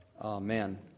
Amen